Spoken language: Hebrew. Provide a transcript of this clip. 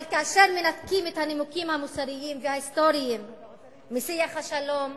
אבל כאשר מנתקים את הנימוקים המוסריים וההיסטוריים משיח השלום,